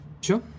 sure